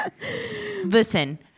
listen